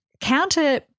counter-